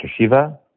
Shiva